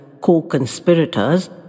co-conspirators